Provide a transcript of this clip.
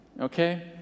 Okay